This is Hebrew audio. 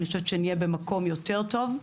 נהיה במקום יותר טוב.